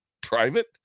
private